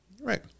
Right